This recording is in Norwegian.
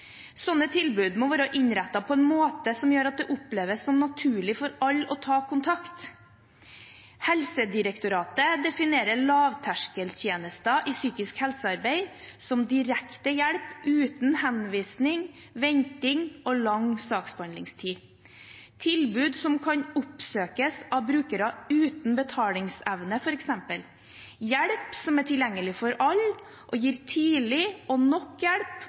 tilbud må være innrettet på en måte som gjør at det oppleves som naturlig for alle å ta kontakt. Helsedirektoratet definerer lavterskeltjenester i psykisk helsearbeid som direkte hjelp uten henvisning, venting og lang saksbehandlingstid – tilbud som kan oppsøkes av brukere uten betalingsevne, hjelp som er tilgjengelig for alle, og gir tidlig og nok hjelp